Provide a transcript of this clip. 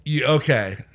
okay